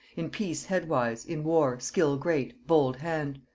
in peace head-wise, in war, skill great, bold hand.